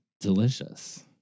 Delicious